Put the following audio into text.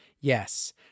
Yes